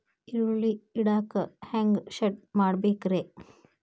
ಈರುಳ್ಳಿ ಇಡಾಕ ಹ್ಯಾಂಗ ಶೆಡ್ ಮಾಡಬೇಕ್ರೇ?